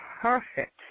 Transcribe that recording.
perfect